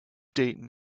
dayton